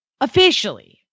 Officially